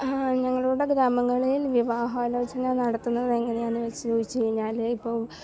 ഞങ്ങളുടെ ഇവിടെ ഗ്രാമങ്ങളിൽ വിവാഹ ആലോചന നടത്തുന്നത് എങ്ങനെയാണെന്ന് വച്ച് ചോദിച്ചു കഴിഞ്ഞാൽ ഇപ്പം